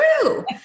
true